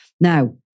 Now